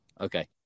Okay